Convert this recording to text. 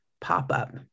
pop-up